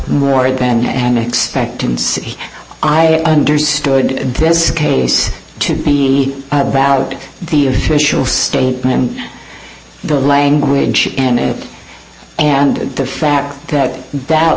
more than an expectancy i understood this case to be about the official statement and the language in it and the fact that that